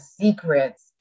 secrets